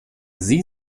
sie